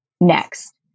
next